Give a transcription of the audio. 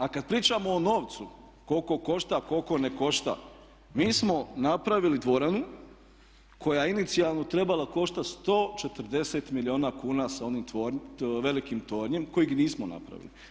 A kada pričamo o novcu koliko košta, koliko ne košta, mi smo napravili dvoranu koja je inicijalno trebala koštati 140 milijuna kuna sa onim velikim tornjem kojega nismo napravili.